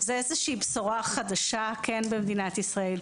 זה איזו שהיא בשורה חדשה למדינת ישראל.